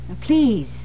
please